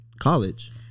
college